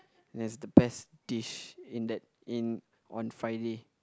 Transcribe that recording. that's the best dish in that in on Friday